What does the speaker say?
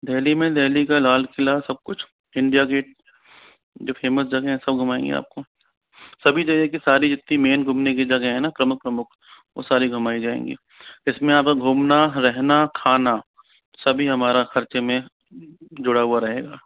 देल्ही में देल्ही का लाल किला सब कुछ इंडिया गेट जो फेमस जगह है सब घुमाएंगे आपको सभी जगह की सारी जितनी मेन घुमने की जगह है ना प्रमुख प्रमुख वह सारी घुमाई जाएगी इसमें अब घूमना रहना खाना सभी हमारे खर्चे में जुड़ा हुआ रहेगा